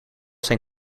zijn